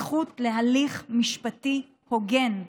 הזכות להליך משפטי הוגן.